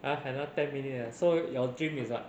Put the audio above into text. !huh! another ten minute lah so your dream is what